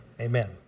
amen